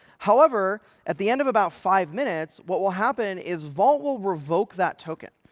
however, at the end of about five minutes, what will happen is vault will revoke that token.